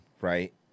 right